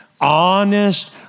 honest